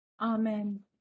AMEN